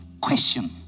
question